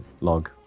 log